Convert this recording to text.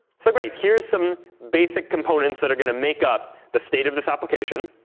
so great. here are some basic components that are going to make up the state of this application.